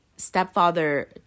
Stepfather